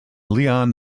leon